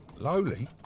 Lowly